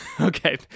Okay